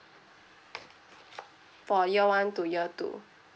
for year one to year two